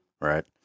Right